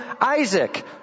Isaac